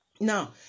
Now